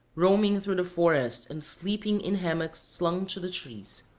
roaming through the forest and sleeping in hammocks slung to the trees.